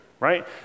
right